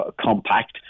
compact